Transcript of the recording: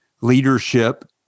leadership